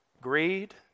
greed